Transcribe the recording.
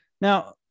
Now